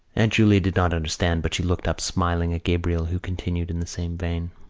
aunt julia did not understand but she looked up, smiling, at gabriel, who continued in the same vein